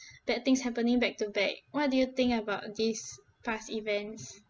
bad things happening back to back what do you think about these past events